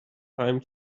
time